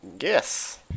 Yes